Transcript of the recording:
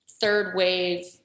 third-wave